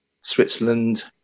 Switzerland